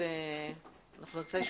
תודה.